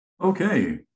Okay